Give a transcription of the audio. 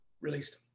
released